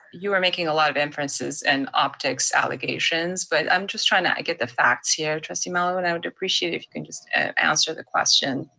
you are making a lot of inferences, and optics allegations. but i'm just trying to get the facts here, trustee malauulu, and i would appreciate it if you can just answer the question.